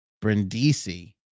Brindisi